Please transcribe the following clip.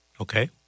Okay